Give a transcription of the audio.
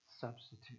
substitute